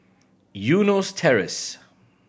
Eunos Terrace